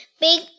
Big